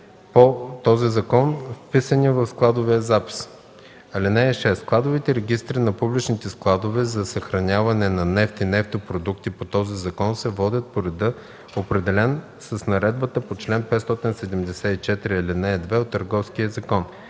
по този закон, вписани в складовия запис. (6) Складовите регистри на публичните складове за съхраняване на нефт и нефтопродукти по този закон се водят по реда, определен с наредбата по чл. 574, ал. 2 от Търговския закон.